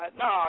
no